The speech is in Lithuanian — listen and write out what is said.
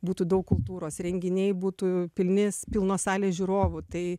būtų daug kultūros renginiai būtų pilni pilnos salės žiūrovų tai